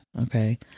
Okay